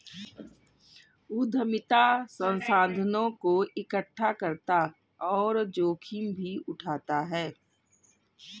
उद्यमिता संसाधनों को एकठ्ठा करता और जोखिम भी उठाता है